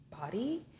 body